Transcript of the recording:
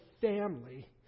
family